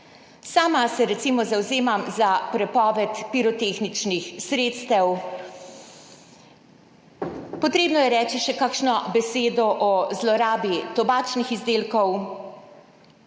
Sama se recimo zavzemam za prepoved pirotehničnih sredstev. Treba je reči še kakšno besedo o zlorabi tobačnih izdelkov,